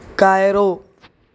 Cairo